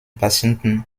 patienten